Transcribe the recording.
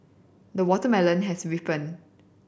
the watermelon has ripened